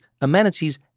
amenities